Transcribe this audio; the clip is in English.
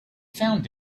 found